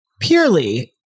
purely